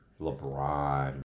LeBron